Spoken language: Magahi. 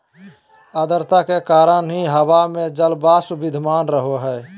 आद्रता के कारण ही हवा में जलवाष्प विद्यमान रह हई